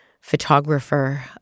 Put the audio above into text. photographer